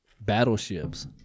battleships